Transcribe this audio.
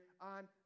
on